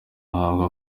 ahabwa